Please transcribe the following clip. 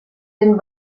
den